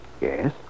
Yes